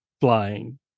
flying